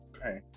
Okay